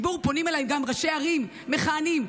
פונים אליי גם ראשי ערים מכהנים,